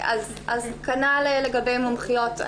אז כנ"ל לגבי מומחיות,